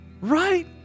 Right